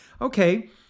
okay